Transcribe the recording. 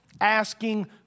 asking